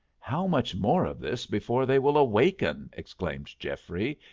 how much more of this before they will awaken? exclaimed geoffrey,